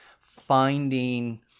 finding